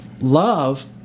love